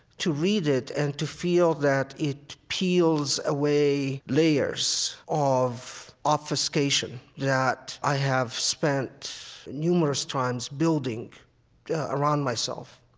to read it and to feel that it peels away layers of obfuscation that i have spent numerous times building around myself.